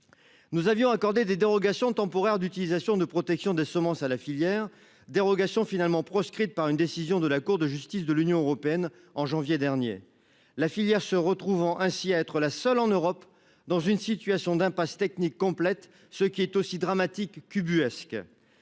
Nous avions accordé des dérogations temporaires d'utilisation de protection des semences à la filière dérogations finalement proscrite par une décision de la Cour de justice de l'Union européenne en janvier dernier, la filière se retrouvant ainsi à être la seule en Europe dans une situation d'impasse technique complète, ce qui est aussi dramatique qu'ubuesque.